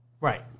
Right